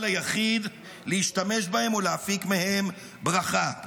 היחיד להשתמש בהם או להפיק מהם ברכה";